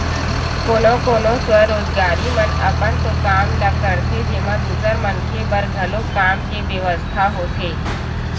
कोनो कोनो स्वरोजगारी मन अपन तो काम ल करथे जेमा दूसर मनखे बर घलो काम के बेवस्था होथे